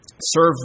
serve